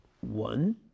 One